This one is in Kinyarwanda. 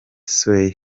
square